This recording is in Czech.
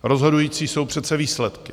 Rozhodující jsou přece výsledky.